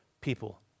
people